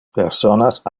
personas